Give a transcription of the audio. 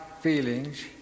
feelings